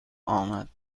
آمد